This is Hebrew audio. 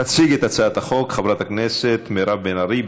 תציג את הצעת החוק חברת הכנסת מירב בן ארי,